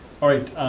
all right,